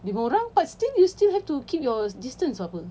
lima orang but still you have to keep your distance apa